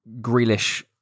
Grealish